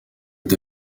est